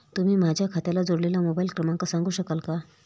तुम्ही माझ्या खात्याला जोडलेला मोबाइल क्रमांक सांगू शकाल का?